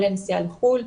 כולל נסיעה לחו"ל.